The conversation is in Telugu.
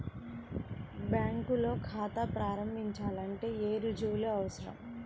బ్యాంకులో ఖాతా ప్రారంభించాలంటే ఏ రుజువులు అవసరం?